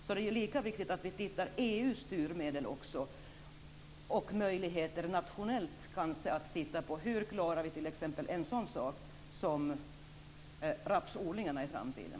Så det är lika viktigt att vi tittar på EU:s styrmedel och kanske även på våra nationella möjligheter att klara t.ex. en sådan sak som rapsodlingarna i framtiden.